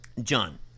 John